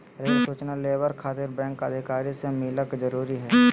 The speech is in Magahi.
रेल सूचना लेबर खातिर बैंक अधिकारी से मिलक जरूरी है?